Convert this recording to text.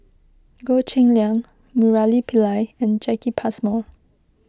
Goh Cheng Liang Murali Pillai and Jacki Passmore